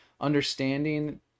understanding